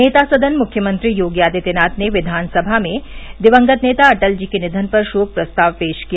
नेता सदन मुख्यमंत्री योगी आदित्यनाथ ने विधानसभा में दिवंगत नेता अटल र्जी के निधन पर शोक प्रस्ताव पेश किया